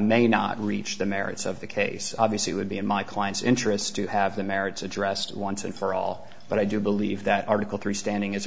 may not reach the merits of the case obviously it would be in my client's interest to have the merits addressed once and for all but i do believe that article three standing is a